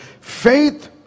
faith